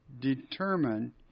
determine